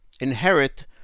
inherit